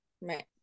Right